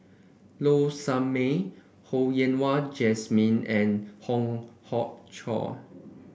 Low Sanmay Ho Yen Wah Jesmine and Hong Hong Chiok